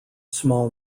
small